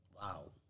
Wow